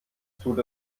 tut